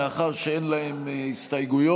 מאחר שאין להם הסתייגויות.